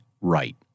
right